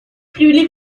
привели